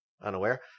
unaware